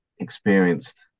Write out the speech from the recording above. experienced